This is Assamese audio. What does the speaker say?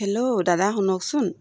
হেল্ল' দাদা শুনকচোন